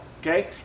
okay